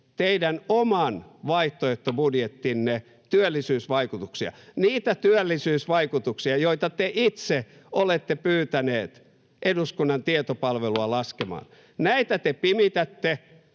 teidän oman vaihtoehtobudjettinne työllisyysvaikutuksia, niitä työllisyysvaikutuksia, joita te itse olette pyytäneet eduskunnan tietopalvelua laskemaan. [Puhemies